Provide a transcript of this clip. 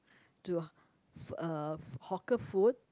to f~ uh hawker food